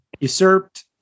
usurped